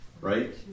right